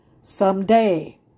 someday